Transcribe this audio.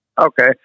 Okay